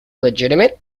legitimate